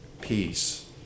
peace